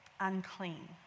unclean